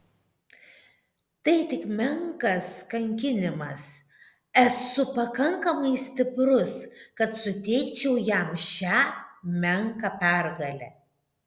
tai tik menkas kankinimas esu pakankamai stiprus kad suteikčiau jam šią menką pergalę